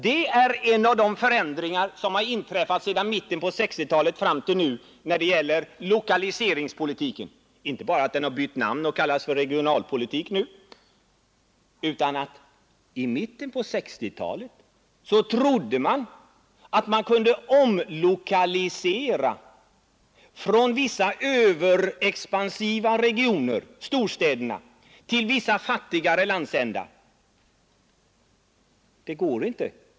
Det är en av de förändringar som inträffat sedan mitten av 1960-talet när det gäller lokaliseringspolitiken. Det är inte bara det att den har bytt namn och nu kallas regionalpolitik. I mitten av 1960-talet trodde man att man kunde omlokalisera företag från vissa överexpansiva regioner, storstäderna, till vissa fattigare landsändar.